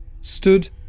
stood